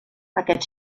aquest